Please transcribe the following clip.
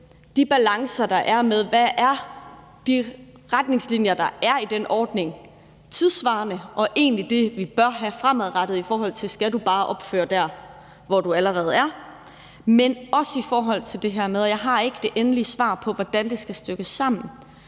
de balancer, der er, i forhold til om de retningslinier, der er i den ordning, er tidssvarende, og om det egentlig er det, vi bør have fremadrettet, i forhold til om du bare skal genopføre noget der, hvor du allerede er. Men det gælder også i forhold til det her med – jeg har ikke det endelige svar på, hvordan det skal stykkes sammen